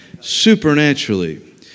supernaturally